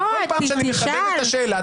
אני אחדד את השאלה.